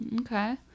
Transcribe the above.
okay